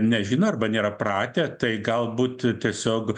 nežino arba nėra pratę tai galbūt tiesiog